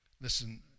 listen